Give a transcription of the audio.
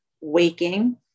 waking